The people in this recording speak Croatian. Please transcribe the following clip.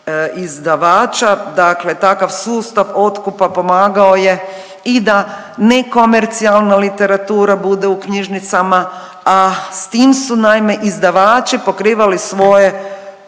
izdavača. Dakle takav sustav otkupa pomagao je i da nekomercijalna literatura bude u knjižnicama, a s tim su naime izdavači pokrivali svoje